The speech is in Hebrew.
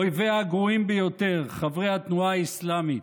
אויביה הגרועים ביותר, חברי התנועה האסלאמית.